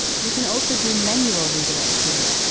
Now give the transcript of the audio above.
you can also do manual redirects here.